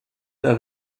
der